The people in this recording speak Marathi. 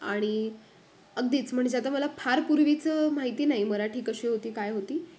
आणि अगदीच म्हणजे आता मला फार पूर्वीचं माहिती नाही मराठी कशी होती काय होती